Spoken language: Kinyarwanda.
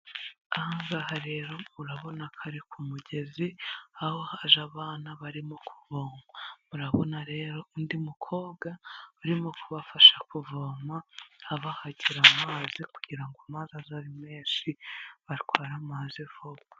Aha ngaha rero urabona ko ari ku mugezi aho haje abana barimo kuvoma, murabona rero undi mukobwa urimo kubafasha kuvoma abahagira mu mazi kugira ngo amazi aze ari menshi batware amazi vuba.